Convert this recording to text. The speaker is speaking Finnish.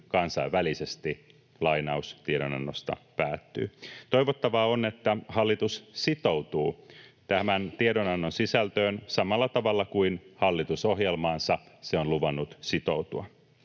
kansainvälisesti.” Lainaus tiedon-annosta päättyy. Toivottavaa on, että hallitus sitoutuu tämän tiedonannon sisältöön samalla tavalla kuin hallitusohjelmaansa se on luvannut sitoutua,